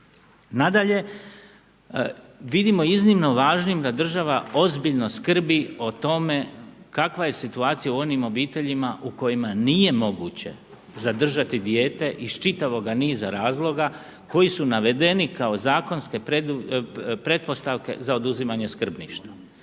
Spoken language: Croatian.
Nadalje, vidimo iznimno važnim da država ozbiljno skrbi o tome kakva je situacija u onim obiteljima u kojima nije moguće zadržati dijete iz čitavoga niza razloga koji su navedeni kao zakonske pretpostavke za oduzimanje skrbništva.